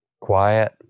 quiet